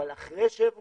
אבל אחרי שברון,